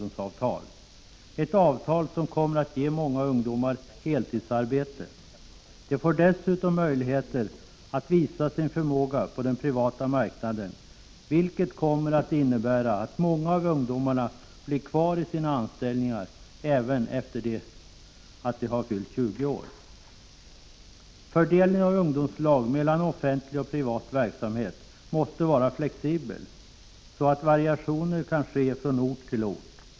1985/86:55 ungdomsavtal, ett avtal som kommer att ge många ungdomar heltidsarbete. — 18 december 1985 De får dessutom tillfälle att visa sin förmåga på den privata marknaden, = Go ooo og vilket kommer att innebära att många av ungdomarna blir kvar i sina anställningar även efter fyllda 20 år. Fördelningen av ungdomslag mellan offentlig och privat verksamhet måste vara flexibel, så att variationer kan ske från ort till ort.